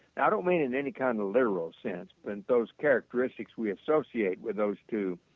i don't mean in any kind of literal sense but in those characteristics we associate with those two